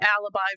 alibi